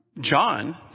John